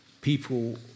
people